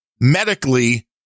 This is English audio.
medically